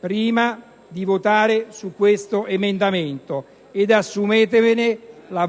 prima di votare su questo emendamento e assumetevene la